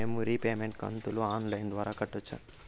మేము రీపేమెంట్ కంతును online ద్వారా కట్టొచ్చా